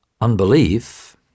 unbelief